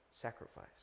sacrifice